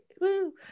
Woo